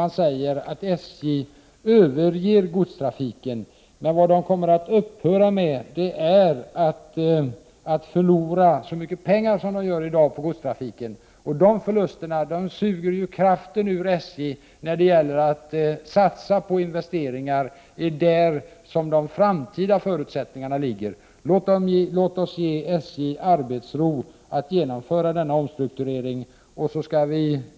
att säga att SJ överger godstrafiken. Vad SJ kommer att upphöra med är att förlora så mycket pengar som i dag på godstrafiken. Dessa förluster suger ju kraften ur SJ. Dessa pengar borde i stället användas för investeringar där de framtida förutsättningarna finns. Låt oss ge SJ arbetsro att genomföra denna omstrukturering.